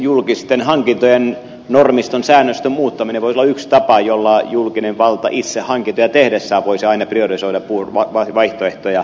julkisten hankintojen normiston säännösten muuttaminen voisi olla yksi tapa jolla julkinen valta itse hankintoja tehdessään voisi aina priorisoida puun vaihtoehtoja